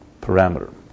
parameter